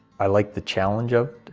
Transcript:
i like the challenge of